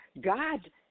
God